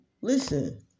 listen